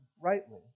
rightly